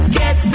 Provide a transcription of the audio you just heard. get